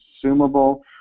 consumable